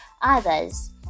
others